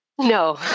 No